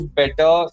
better